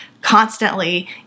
constantly